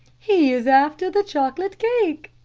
he is after the chocolate cake,